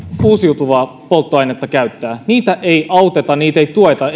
uusiutuvaa polttoainetta käyttävät heitä ei auteta heitä ei tueta